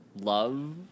Love